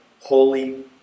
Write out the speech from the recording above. holy